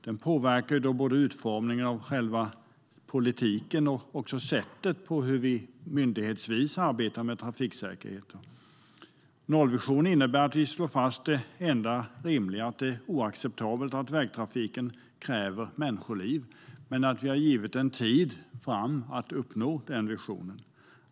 Den påverkar både utformningen av själva politiken och sättet på vilket vi myndighetsvis arbetar med trafiksäkerheten. Nollvisionen innebär att vi slår fast det enda rimliga: att det är oacceptabelt att vägtrafiken kräver människoliv. Men vi har givit en tid framåt för att uppnå den visionen.